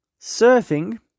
surfing